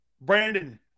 brandon